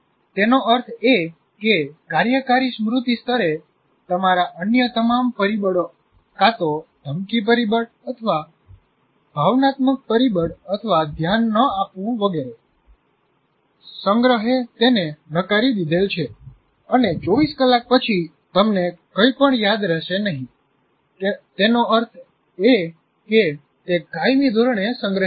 તેનો અર્થ એ કે કાર્યકારી સ્મૃતિ સ્તરે તમારા અન્ય તમામ પરિબળો કાં તો ધમકી પરિબળ અથવા ભાવનાત્મક પરિબળ અથવા ધ્યાન ન આપવું વગેરે સંગ્રહે તેને નકારી દીધેલ છે અને 24 કલાક પછી તમને કઈ પણ યાદ રહેશે નહીં તેનો અર્થ એ કે તે કાયમી ધોરણે સંગ્રહિત નથી